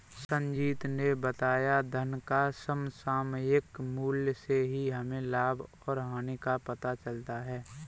संजीत ने बताया धन का समसामयिक मूल्य से ही हमें लाभ और हानि का पता चलता है